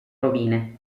rovine